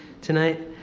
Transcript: tonight